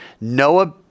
Noah